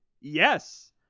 Yes